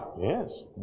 Yes